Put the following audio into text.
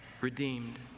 redeemed